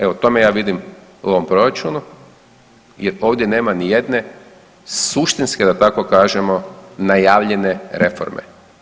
Evo to vam ja vidim u ovom Proračunu, jer ovdje nema ni jedne suštinske, da tako kažemo, najavljene reforme.